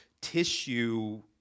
tissue